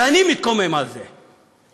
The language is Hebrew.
ואני מתקומם על זה.